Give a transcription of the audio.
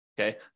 okay